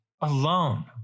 alone